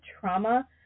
trauma